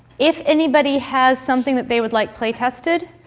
if anybody has something that they would like play-tested,